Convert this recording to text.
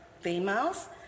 females